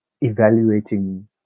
evaluating